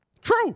true